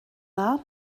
dda